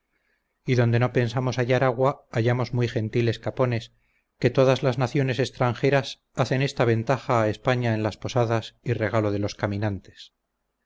y donde no pensamos hallar agua hallamos muy gentiles capones que todas las naciones extranjeras hacen esta ventaja a españa en las posadas y regalo de los caminantes